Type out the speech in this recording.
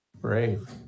Brave